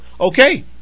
Okay